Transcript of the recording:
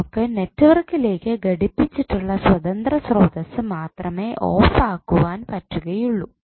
നമുക്ക് നെറ്റ്വർക്കിലേക്ക് ഘടിപ്പിച്ചിട്ടുള്ള സ്വതന്ത്ര സ്രോതസ്സ് മാത്രമേ ഓഫ് ആക്കുവാൻ പറ്റുകയുള്ളു